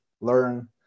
learn